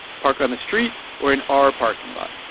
park on the street or in our parking lot.